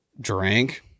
drink